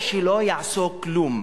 או שלא יעשו כלום.